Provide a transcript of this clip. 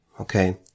okay